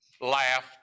laughed